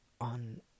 on